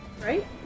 Right